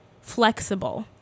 flexible